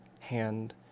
hand